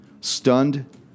Stunned